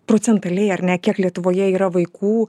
procentaliai ar ne kiek lietuvoje yra vaikų